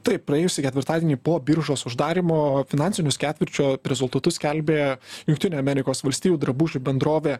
taip praėjusį ketvirtadienį po biržos uždarymo finansinius ketvirčio rezultatus skelbė jungtinių amerikos valstijų drabužių bendrovė